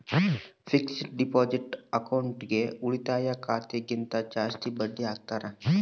fixed deposit ಅಕೌಂಟ್ಗೆ ಉಳಿತಾಯ ಖಾತೆ ಗಿಂತ ಜಾಸ್ತಿ ಬಡ್ಡಿ ಹಾಕ್ತಾರ